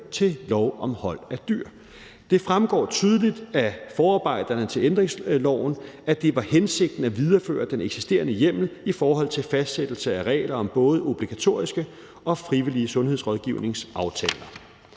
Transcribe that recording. til lov om hold af dyr. Det fremgår tydeligt af forarbejderne til ændringsloven, at det var hensigten at videreføre den eksisterende hjemmel i forhold til fastsættelse af regler om både obligatoriske og frivillige sundhedsrådgivningsaftaler.